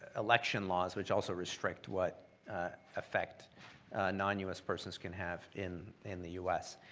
election laws, which also restrict what effect non u s. persons can have in in the u s.